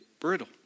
Brittle